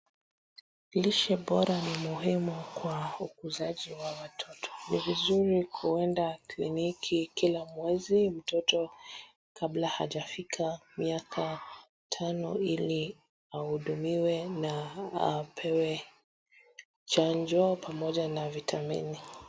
Lishe bora ni muhimu kwa ukuzaji wa watoto ni vizuri kwenda kliniki kila mwezi. Mtoto kabla hajafika miaka tano ili ahudumiwe na apewe chanjo pamoja na vitamini.